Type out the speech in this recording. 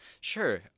Sure